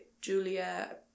Julia